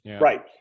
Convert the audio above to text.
Right